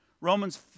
Romans